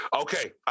okay